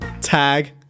tag